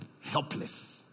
helpless